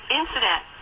incident